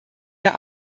der